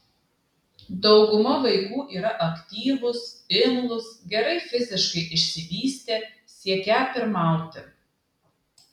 dauguma vaikų yra aktyvūs imlūs gerai fiziškai išsivystę siekią pirmauti